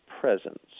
presence